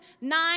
nine